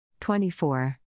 24